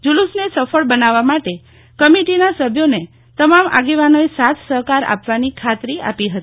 જુલુસને સફળ બનાવવા માટે કમિટીના સભ્યોને તમામ આગેવાનોએ સાથ સહકાર આપવાની ખાતરી આપી હતી